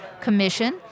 commission